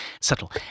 subtle